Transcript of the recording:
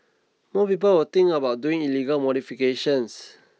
more people will think about doing illegal modifications